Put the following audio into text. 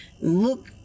look